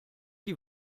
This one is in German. die